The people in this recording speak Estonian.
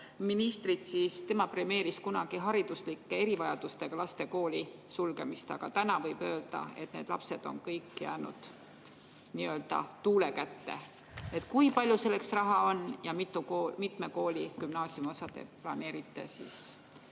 ministrit, siis tema premeeris kunagi hariduslike erivajadustega laste kooli sulgemist, aga täna võib öelda, et need lapsed on kõik jäänud nii-öelda tuule kätte. Kui palju selleks raha on ja mitme kooli gümnaasiumiosa te planeerite